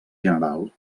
general